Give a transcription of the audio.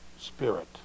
spirit